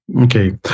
Okay